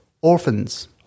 orphans